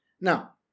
Now